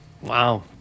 Wow